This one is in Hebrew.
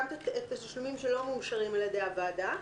כולל גם תשלומים שלא מאושרים על ידי הוועדה,